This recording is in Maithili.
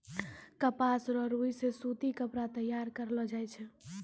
कपास रो रुई से सूती कपड़ा तैयार करलो जाय छै